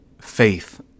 faith